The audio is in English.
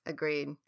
Agreed